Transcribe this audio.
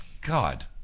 God